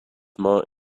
more